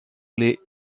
les